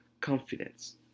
confidence